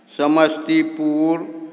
Samastipur